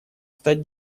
стать